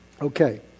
Okay